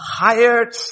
hired